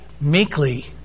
meekly